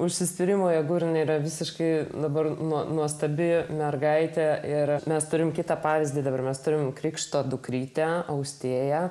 užsispyrimo jėgų ir yra visiškai dabar nuostabi mergaitė ir mes turime kitą pavyzdį dabar mes turime krikšto dukrytę austėją